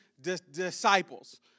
disciples